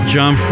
John